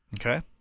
Okay